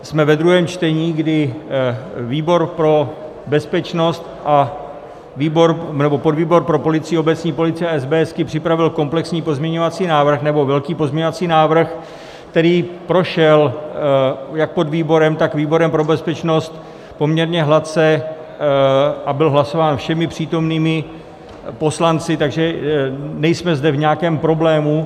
Jsme ve druhém čtení, kdy výbor pro bezpečnost nebo podvýbor pro policii, obecní policii a SBS připravil komplexní pozměňovací návrh nebo velký pozměňovací návrh, který prošel jak podvýborem, tak výborem pro bezpečnost poměrně hladce a byl hlasován všemi přítomnými poslanci, takže nejsme zde v nějakém problému.